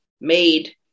made